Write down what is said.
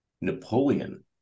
Napoleon